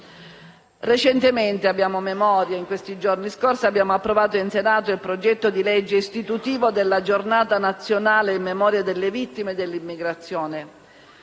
memoria - abbiamo approvato in Senato la legge istitutiva della Giornata nazionale in memoria delle vittime dell'immigrazione.